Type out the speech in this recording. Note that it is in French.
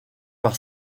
par